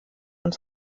und